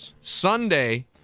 Sunday